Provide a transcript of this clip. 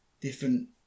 different